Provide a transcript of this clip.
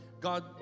God